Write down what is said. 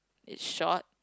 is short